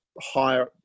higher